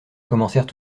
commencèrent